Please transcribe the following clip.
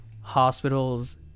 Hospitals